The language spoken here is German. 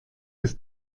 ist